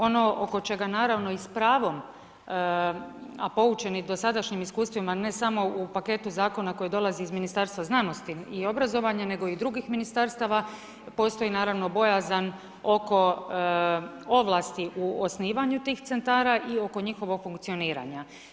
Ono oko čega naravno i s pravom a poučeni i dosadašnjim iskustvima ne samo u paketu zakona koji dolazi iz Ministarstva znanosti i obrazovanja nego i drugih ministarstava postoji naravno bojazan oko ovlasti u osnivanju tih centara i oko njihovog funkcioniranja.